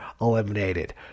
eliminated